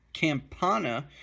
Campana